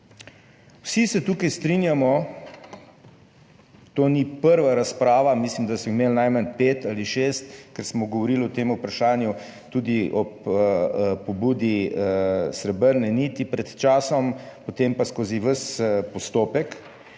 Vsi se tukaj strinjamo, to ni prva razprava, mislim, da smo imeli najmanj pet ali šest, ker smo govorili o tem vprašanju tudi ob pobudi srebrne niti pred časom, potem pa skozi ves postopek,